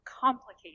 complicated